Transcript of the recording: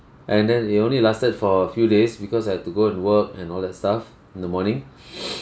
and then it only lasted for a few days because I had to go and work and all that stuff in the morning